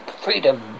freedom